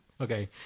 Okay